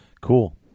Cool